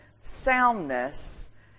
soundness